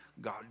God